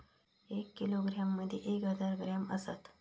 एक किलोग्रॅम मदि एक हजार ग्रॅम असात